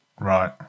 Right